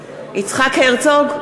הרצוג,